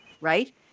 right